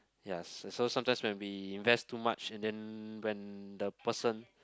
ya s~ so sometimes when we invest too much and then when the person